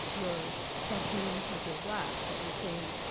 you're subhuman cause you're black, but we're saying,